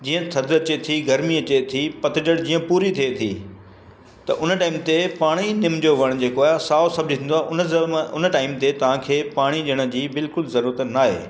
जीअं थधि अचे थी गर्मी अचे थी पतझड़ जीअं पूरी थिए थी त उन टाइम ते पाणी ई निम जो वण जेको आहे साओ सभु ॾिसंदो आहे उन टाइम ते तव्हांखे पाणी ॾियण जी बिल्कुलु ज़रूरत न आहे